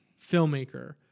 filmmaker